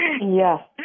Yes